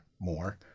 more